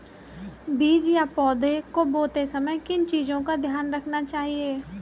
बीज या पौधे को बोते समय किन चीज़ों का ध्यान रखना चाहिए?